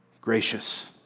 gracious